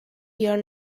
here